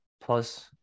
Plus